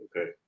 okay